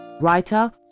Writer